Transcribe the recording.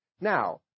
Now